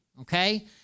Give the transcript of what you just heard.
okay